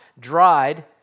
dried